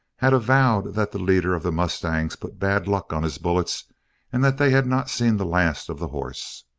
had avowed that the leader of the mustangs put bad luck on his bullets and that they had not seen the last of the horse.